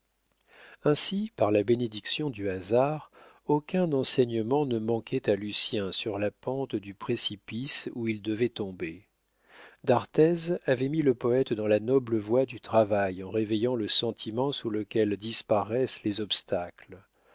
ainsi par la bénédiction du hasard aucun enseignement ne manquait à lucien sur la pente du précipice où il devait tomber d'arthez avait mis le poète dans la noble voie du travail en réveillant le sentiment sous lequel disparaissent les obstacles